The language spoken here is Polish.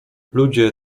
ludzie